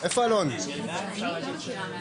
חברים,